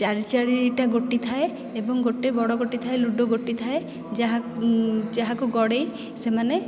ଚାରି ଚାରିଟା ଗୋଟି ଥାଏ ଏବଂ ଗୋଟିଏ ବଡ଼ ଗୋଟି ଥାଏ ଲୁଡ଼ୋ ଗୋଟି ଥାଏ ଯାହା ଯାହାକୁ ଗଡ଼େଇ ସେମାନେ